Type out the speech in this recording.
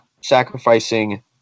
sacrificing